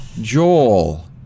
Joel